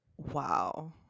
Wow